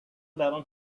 برام